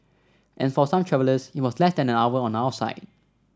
and for some travellers it was less than an hour on our side